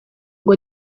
ngo